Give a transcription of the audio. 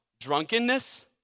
drunkenness